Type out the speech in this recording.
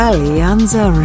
Alianza